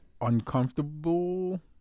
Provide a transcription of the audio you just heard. uncomfortable